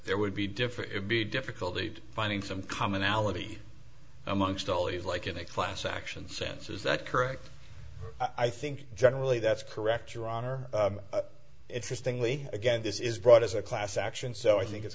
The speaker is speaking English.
there would be different it would be difficulty finding some commonality amongst all these like in a class action sense is that correct i think generally that's correct your honor interesting lee again this is brought as a class action so i think it's